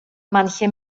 manche